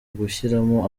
gushyiramo